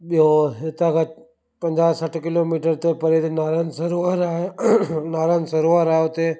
ॿियो हितां का पजांहु सठ किलोमीटर ते परे ते नारायण सरोवर आहे नारायण सरोवर आहे उते